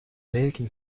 making